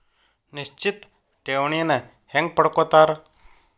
ನಿಶ್ಚಿತ್ ಠೇವಣಿನ ಹೆಂಗ ಪಡ್ಕೋತಾರ